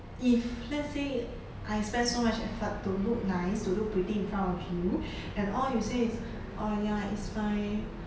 if let's say I spend so much effort to look nice to look pretty in front of you and all you say is oh ya it's fine